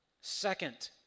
Second